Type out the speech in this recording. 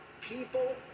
people